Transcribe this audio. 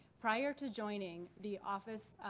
prior to joining the office